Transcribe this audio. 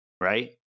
right